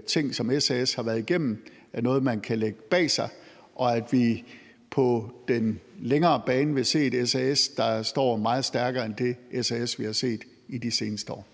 ting, som SAS har været igennem, er noget, man kan lægge bag sig, og at vi på den længere bane vil se et SAS, der står meget stærkere end det SAS, vi har set i de seneste år.